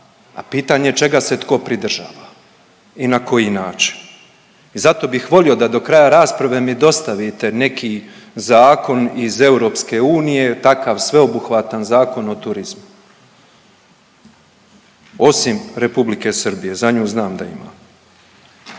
a pitanje je čega se tko pridržava i na koji način i zato bih volio da do kraja rasprave mi dostavite neki zakon iz EU, takav sveobuhvatan Zakon o turizmu, osim Republike Srbije, za nju znam da ima.